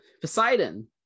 Poseidon